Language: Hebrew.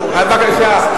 בבקשה,